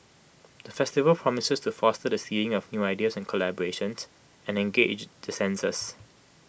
the festival promises to foster the seeding of new ideas and collaborations and engage the senses